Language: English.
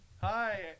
Hi